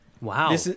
Wow